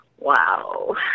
Wow